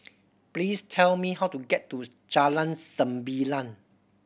please tell me how to get to Jalan Sembilang